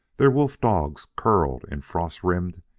their wolf-dogs curled in frost-rimed,